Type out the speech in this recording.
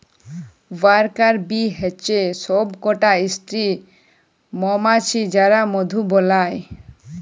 worker bee হচ্যে সব কটা স্ত্রী মমাছি যারা মধু বালায়